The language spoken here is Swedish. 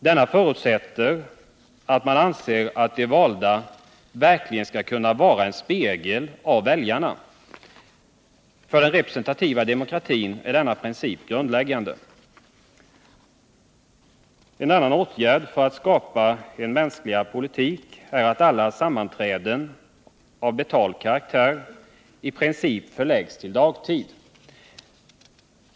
Detta förutsätter att man anser att de valda verkligen skall kunna vara en spegel av väljarna. För den representativa demokratin är denna princip grundläggande. En annan åtgärd för att skapa en mänskligare politik är att alla sammanträden av betald karaktär i princip förläggs till dagtid.